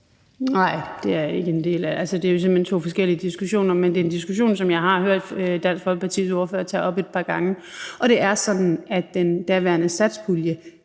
det. Det er jo simpelt hen to forskellige diskussioner, men det er en diskussion, som jeg har hørt Dansk Folkepartis ordfører tage op et par gange. Det er sådan, at den daværende satspulje